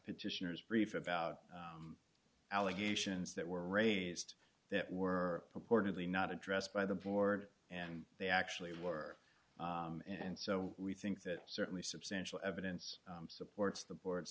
petitioners brief about allegations that were raised that were purportedly not addressed by the board and they actually were and so we think that certainly substantial evidence supports the board